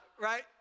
Right